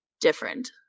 different